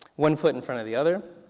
one foot in front of the other,